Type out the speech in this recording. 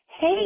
Hey